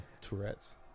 Tourette's